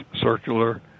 circular